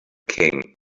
king